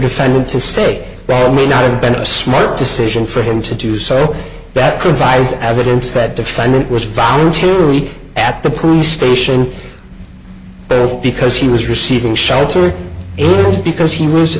defendant to say well may not have been a smart decision for him to do so that provides evidence that defendant was volunteer eat at the police station because he was receiving shelter a little because he was